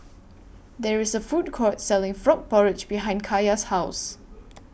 There IS A Food Court Selling Frog Porridge behind Kaia's House